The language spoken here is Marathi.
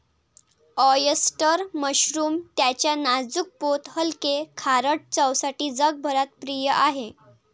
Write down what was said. ऑयस्टर मशरूम त्याच्या नाजूक पोत हलके, खारट चवसाठी जगभरात प्रिय आहे